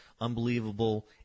unbelievable